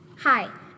Hi